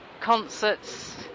concerts